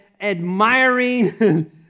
admiring